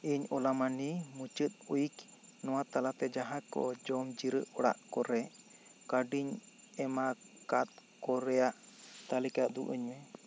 ᱤᱧ ᱳᱞᱟᱢᱟᱱᱤ ᱢᱩᱪᱟᱹᱫ ᱩᱭᱤᱠ ᱱᱚᱣᱟ ᱛᱟᱞᱟᱛᱮ ᱡᱟᱦᱟᱸ ᱠᱚ ᱡᱚᱢ ᱡᱤᱨᱟᱹᱜ ᱚᱲᱟᱜ ᱠᱚᱨᱮ ᱠᱟᱣᱰᱤᱧ ᱮᱢᱟᱠᱟᱫ ᱠᱚ ᱨᱮᱭᱟᱜ ᱛᱟᱞᱤᱠᱟ ᱩᱫᱩᱜ ᱟᱹᱧ ᱢᱮ